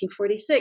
1946